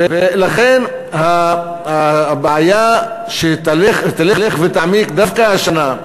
ולכן, הבעיה שתלך ותעמיק דווקא השנה,